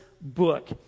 book